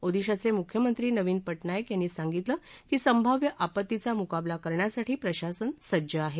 ओदिशाचे मुख्यमंत्री नवीन पटनायक यांनी सांगितलं की संभाव्य आपत्तीचा मुकाबला करण्यासाठी प्रशासन सज्ज आहे